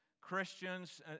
Christians